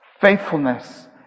Faithfulness